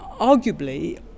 Arguably